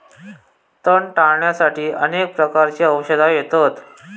तण टाळ्याण्यासाठी अनेक प्रकारची औषधा येतत